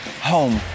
home